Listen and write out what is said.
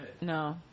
No